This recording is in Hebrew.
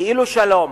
כאילו שלום,